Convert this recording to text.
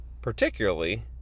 particularly